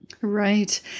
Right